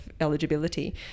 eligibility